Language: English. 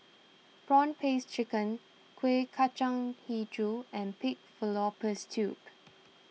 Prawn Paste Chicken Kueh Kacang HiJau and Pig Fallopian Tubes